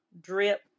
drip